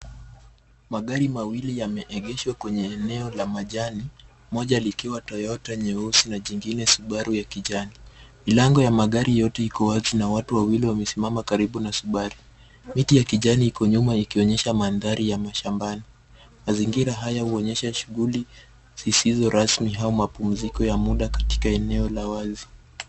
Magari mawili yameegeshwa kwenye eneo la majani moja likiwa Toyota nyeusi na jengine Subaru ya kijani. Milango ya magari yote iko wazi na watu wawili wamesimama karibu na Subaru. Miti ya kijani iko nyuma ikionyesha mandhari ya mashambani. Mazingira haya huonyesha shughuli zisizo rasmi au mapumziko ya muda katika eneo la wazi.